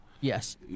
yes